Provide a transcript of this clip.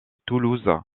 toulouse